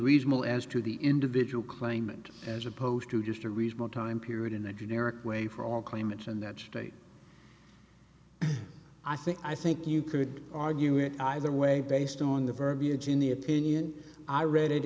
reasonable as to the individual claimant as opposed to just a reasonable time period in the generic way for all claimants in that state i think i think you could argue it either way based on the verbiage in the opinion i read it